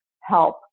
help